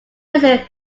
reason